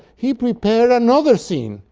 he prepared another scene,